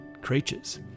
creatures